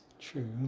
True